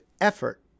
effort